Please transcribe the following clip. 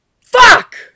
fuck